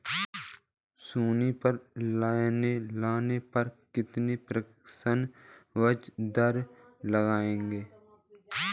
सोनी पर लोन लेने पर कितने प्रतिशत ब्याज दर लगेगी?